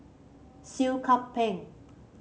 Seah Kian Peng